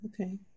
Okay